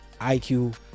IQ